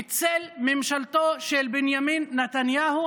בצל ממשלתו של בנימין נתניהו.